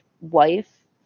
wife